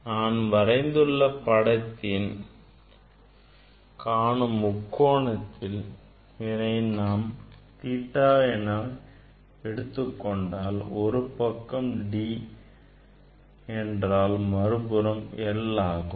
நான் வரைந்துள்ள படத்தில் காணும் முக்கோணத்தில் இதனை நாம் கோணம் theta எனக் கருதிக் கொண்டால் ஒரு பக்கம் D என்றால் மறுபுறம் l ஆகும்